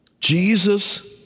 Jesus